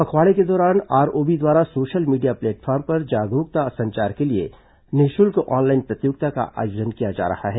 पखवाड़े के दौरान आरओबी द्वारा सोशल मीडिया प्लेटफॉर्म पर जागरूकता संचार के लिए निःशुल्क ऑनलाइन प्रतियोगिता का आयोजन किया जा रहा है